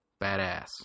badass